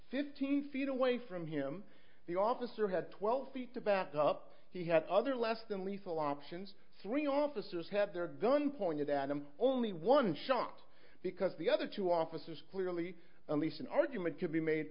fifteen feet away from him the officer had twelve feet about up he had other less than lethal options three officers had their gun pointed at him only one shot because the other two officers clearly at least an argument could be made